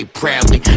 proudly